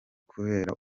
kubera